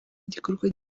igikorwa